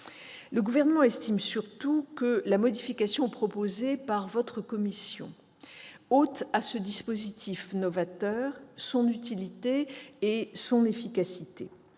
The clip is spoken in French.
Le Gouvernement estime surtout que la modification proposée par votre commission ôte à ce dispositif novateur son utilité et son efficacité.